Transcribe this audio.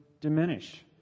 diminish